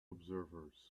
observers